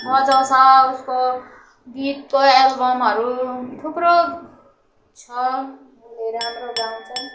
बजाउँछ उसको गीतको एल्बमहरू थुप्रो छ उसले राम्रो गाउँछन्